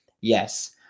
Yes